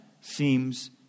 seems